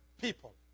people